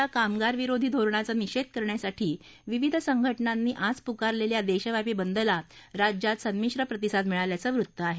केंद्र आणि राज्य सरकारच्या कामगारविरोधी धोरणाचा निषेध करण्यासाठी विविध संघटनांनी आज पुकारलेल्या देशव्यापी बंदला राज्यात संमिश्र प्रतिसाद मिळाल्याचं वृत्त आहे